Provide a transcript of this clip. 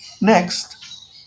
Next